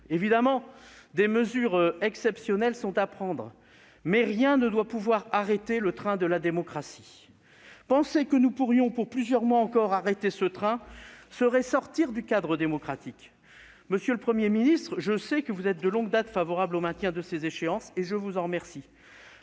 Évidemment, des mesures exceptionnelles sont à prendre, mais rien ne doit pouvoir arrêter le train de la démocratie. Penser que nous pourrions, pendant encore plusieurs mois, arrêter ce train reviendrait à sortir du cadre démocratique. Monsieur le Premier ministre, je sais que vous êtes, de longue date, favorable au maintien de ces échéances et je vous en remercie.